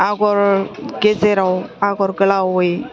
आग'र गेजेराव आग'र गोलावै